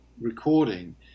recording